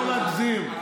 לא להגזים.